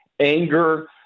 anger